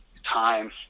time